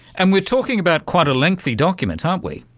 and we're talking about quite a lengthy document, aren't we.